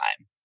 time